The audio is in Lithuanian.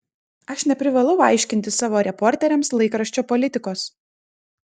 aš neprivalau aiškinti savo reporteriams laikraščio politikos